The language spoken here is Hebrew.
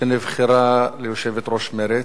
שנבחרה ליושבת-ראש מרצ.